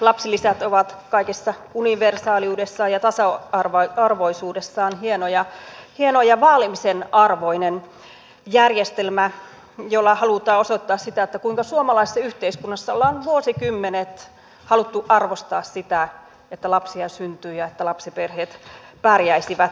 lapsilisät ovat kaikessa universaaliudessaan ja tasa arvoisuudessaan hieno ja vaalimisen arvoinen järjestelmä jolla halutaan osoittaa sitä kuinka suomalaisessa yhteiskunnassa ollaan vuosikymmenet haluttu arvostaa sitä että lapsia syntyy ja että lapsiperheet pärjäisivät